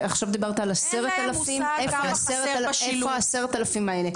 עכשיו דיברת על 10,000. איפה ה-10,000 האלה?